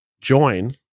join